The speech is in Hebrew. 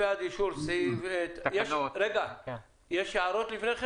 יש הערות?